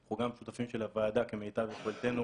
אנחנו גם שותפים של הוועדה כמיטב יכולתנו